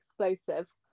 explosive